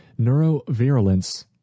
neurovirulence